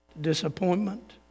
disappointment